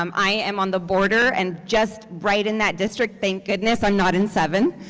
um i am on the border and just right in that district, thank goodness, i'm not in seven,